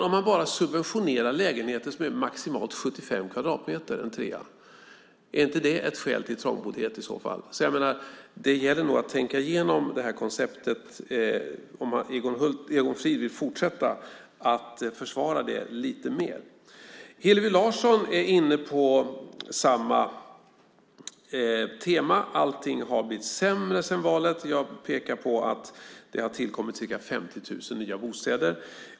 Om man bara subventionerar lägenheter som är maximalt 75 kvadratmeter, en trea, är inte det ett skäl till trångboddhet? Det gäller nog att tänka igenom det här konceptet om Egon Frid vill fortsätta att försvara det lite mer. Hillevi Larsson är inne på samma tema, att allting har blivit sämre sedan valet. Jag pekar på att det har tillkommit ca 50 000 nya bostäder.